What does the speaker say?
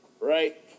Right